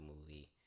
movie